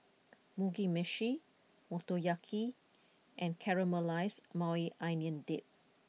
Mugi Meshi Motoyaki and Caramelized Maui Onion Dip